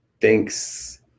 Thanks